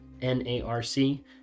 N-A-R-C